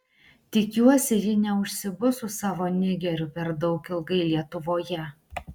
tikiuosi ji neužsibus su savo nigeriu per daug ilgai lietuvoje